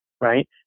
Right